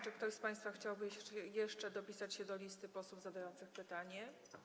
Czy ktoś z państwa chciałby jeszcze dopisać się na liście posłów zadających pytanie?